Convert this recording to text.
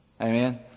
Amen